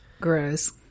gross